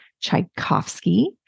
Tchaikovsky